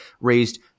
raised